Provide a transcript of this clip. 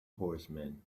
horsemen